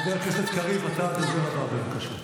חבר הכנסת קריב, אתה הדובר הבא, בבקשה.